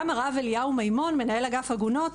גם הרב אליהו מימון מנהל אגף עגונות